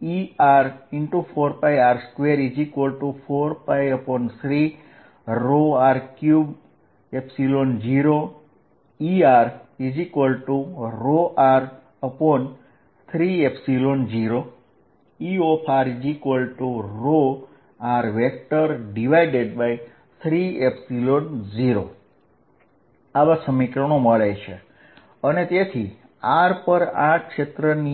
અને તેથી r પર આ ક્ષેત્ર r3